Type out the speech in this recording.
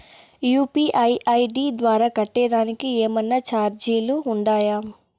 UPI ID ద్వారా కట్టేదానికి ఏమన్నా చార్జీలు ఉండాయా?